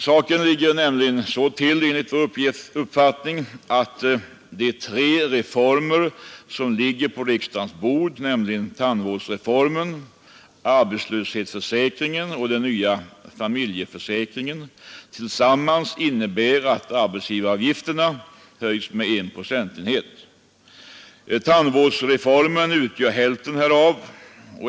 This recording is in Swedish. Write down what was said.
Saken ligger så till, enligt vår uppfattning, att tre av de reformer som ligger på riksdagens bord — nämligen tandvårdsreformen, arbetslöshetsförsäkringen och den nya familjeförsäkringen — tillsammans innebär att arbetsgivaravgifterna höjs med en procentenhet. Kostnaden för tandvårdsreformen utgör hälften härav.